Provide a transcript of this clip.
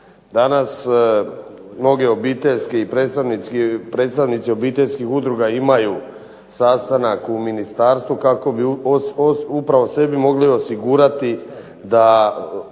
Danas mnogi obiteljski i predstavnici obiteljskih udruga imaju sastanak u ministarstvu kako bi upravo sebi mogli osigurati da